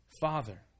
Father